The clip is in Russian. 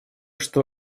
что